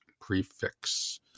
prefix